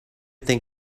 think